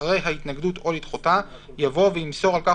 אחרי "ההתנגדות או לדחותה" יבוא "וימסור על כך